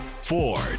Ford